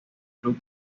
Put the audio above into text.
club